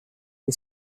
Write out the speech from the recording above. noi